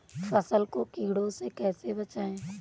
फसल को कीड़ों से कैसे बचाएँ?